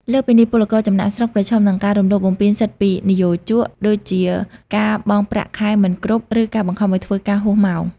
លើសពីនេះ ពលករចំណាកស្រុកប្រឈមនឹងការរំលោភបំពានសិទ្ធិពីនិយោជក ដូចជាការបង់ប្រាក់ខែមិនគ្រប់ ឬការបង្ខំឱ្យធ្វើការហួសម៉ោង។